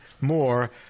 more